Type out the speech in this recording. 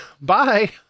bye